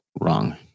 wrong